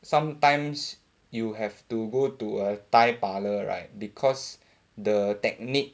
sometimes you have to go to a thai parlour right because the technique